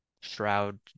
shroud